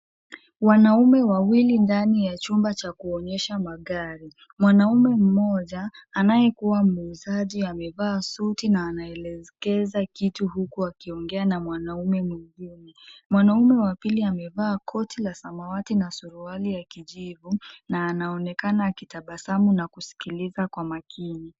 Wanaume wawili ndani ya chumba cha kuonyesha magari. Mwanaume mmoja anayekuwa muuzaji amevaa suti na anaelekeza kitu huku akiongea na mwanaume mwingine. Mwanaume wa pili amevaa koti la samawati na suruali ya kijivu na anaonekana akitabasamu na kusikiliza kwa makini.